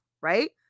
right